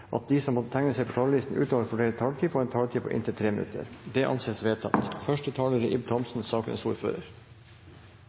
at de som måtte tegne seg på talerlisten utover den fordelte taletid, får en taletid på inntil 3 minutter. – Det anses vedtatt. Gjennom folkebibliotekloven er